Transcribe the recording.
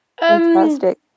Fantastic